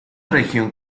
región